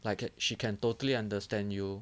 like she can totally understand you